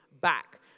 back